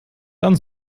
dann